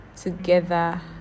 together